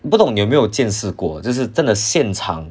不懂你有没有见识过真是真的现场